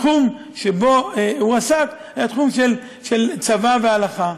התחום שבו הוא עסק היה תחום של צבא והלכה.